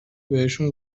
بهشون